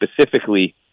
specifically